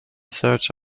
search